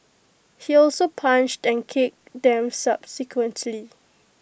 he also punched and kicked them subsequently